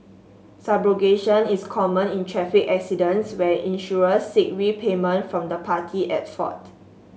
subrogation is common in traffic accidents where insurers seek repayment from the party at fault